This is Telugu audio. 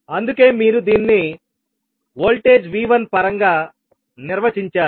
అందుకే మీరు దీన్ని వోల్టేజ్ V1 పరంగా నిర్వచించారు